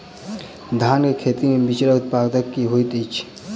धान केँ खेती मे बिचरा उत्पादन की होइत छी?